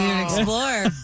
explore